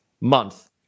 month